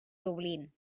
dublín